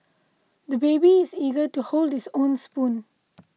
the baby is eager to hold his own spoon